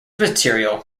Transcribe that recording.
material